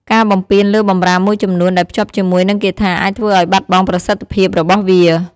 ការបំពានលើបម្រាមមួយចំនួនដែលភ្ជាប់ជាមួយនឹងគាថាអាចធ្វើឱ្យបាត់បង់ប្រសិទ្ធភាពរបស់វា។